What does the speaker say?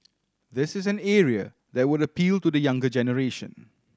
this is an area that would appeal to the younger generation